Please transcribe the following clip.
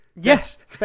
Yes